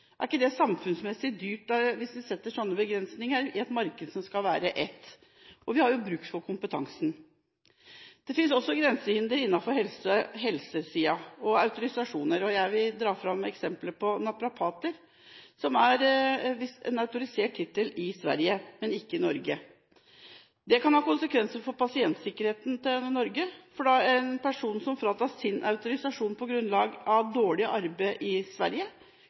Er det ikke samfunnsmessig dyrt hvis vi setter slike begrensninger i et marked som skal være ett? Og vi har jo bruk for kompetansen. Det finnes også grensehinder innenfor helse og autorisasjoner. Et eksempel jeg vil dra fram, er naprapater. Naprapat er en autorisert tittel i Sverige, men ikke i Norge. Det kan ha konsekvenser for pasientsikkerheten i Norge. En person som fratas sin autorisasjon på grunn av dårlig arbeid i Sverige,